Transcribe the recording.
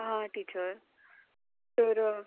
आं टिचर तर